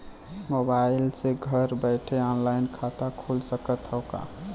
Mobile से घर बैठे ऑनलाइन खाता खुल सकत हव का?